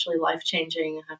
life-changing